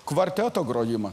kvarteto grojimą